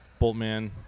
Boltman